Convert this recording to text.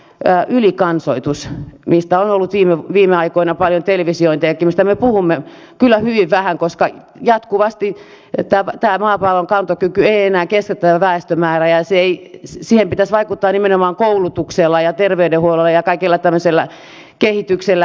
tähän ylikansoitukseen mistä on ollut viime aikoina paljon televisiointejakin ja mistä me puhumme kyllä hyvin vähän koska jatkuvasti tämä maapallon kantokyky ei enää kestä tätä väestömäärää pitäisi vaikuttaa nimenomaan koulutuksella ja terveydenhuollolla ja kaikella tämmöisellä kehityksellä